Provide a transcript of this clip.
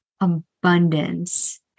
abundance